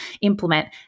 implement